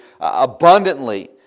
abundantly